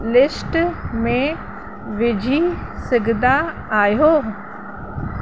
list में विझी सघंदा आहियो